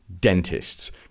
dentists